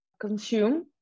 consume